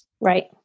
Right